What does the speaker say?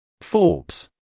Forbes